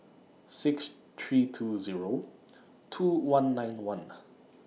six three two Zero two one nine one